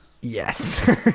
Yes